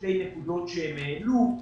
שתי נקודות שהועלו.